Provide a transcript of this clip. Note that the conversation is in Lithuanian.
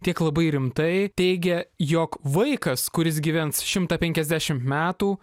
tiek labai rimtai teigia jog vaikas kuris gyvens šimtą penkiasdešimt metų